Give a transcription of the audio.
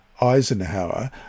Eisenhower